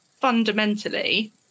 fundamentally